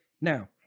Now